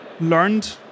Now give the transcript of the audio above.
learned